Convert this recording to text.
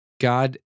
God